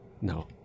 no